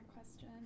question